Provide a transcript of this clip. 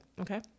okay